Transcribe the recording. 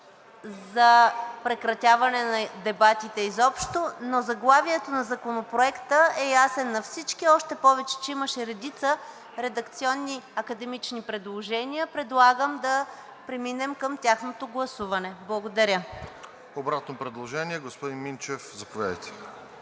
за прекратяване на дебатите изобщо, но заглавието на Законопроекта е ясно на всички, още повече че имаше редица редакционни академични предложения и предлагам да преминем към тяхното гласуване. Благодаря. ПРЕДСЕДАТЕЛ РОСЕН ЖЕЛЯЗКОВ: Обратно предложение. Господин Минчев, заповядайте.